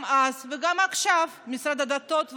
גם אז וגם עכשיו: משרד הדתות,